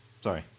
Sorry